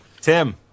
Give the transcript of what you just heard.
Tim